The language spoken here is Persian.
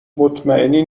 مطمئنی